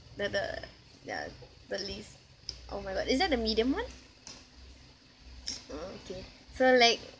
the the ya the least oh my god is that the medium one oh okay so like